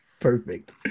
perfect